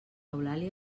eulàlia